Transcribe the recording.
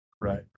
Right